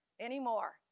anymore